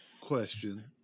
question